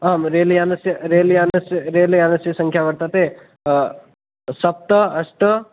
आम् रेल्यानस्य रेल्यानस्य रेलयानस्य संख्या वर्तते सप्त अष्ट